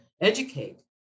educate